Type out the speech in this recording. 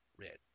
red